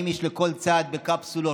40 איש לכל צד בקפסולות,